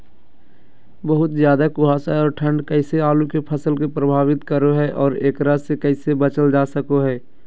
बहुत ज्यादा कुहासा और ठंड कैसे आलु के फसल के प्रभावित करो है और एकरा से कैसे बचल जा सको है?